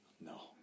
No